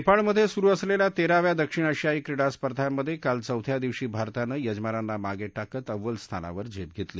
नेपाळमध्ये सुरू असलेल्या तेराव्या दक्षिण आशियायी क्रीडा स्पर्धामध्ये काल चौथ्या दिवशी भारतानं यजमानांना मागे टाकत अव्वल स्थानावर झेप घेतली